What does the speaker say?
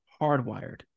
hardwired